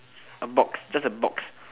a box just a box